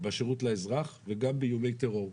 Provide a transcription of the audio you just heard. בשירות לאזרח וגם באיומי טרור.